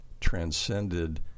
transcended